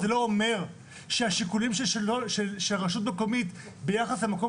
זה לא אומר שהשיקולים של רשות מקומית ביחס למקום